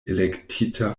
elektita